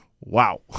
Wow